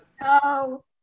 No